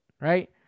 right